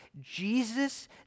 Jesus